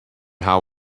how